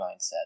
mindset